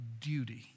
duty